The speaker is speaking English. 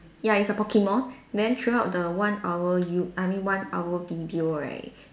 ya it's a Pokemon then throughout the one hour you~ I mean one hour video right